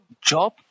Job